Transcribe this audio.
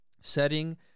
setting